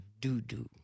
doo-doo